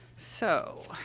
so,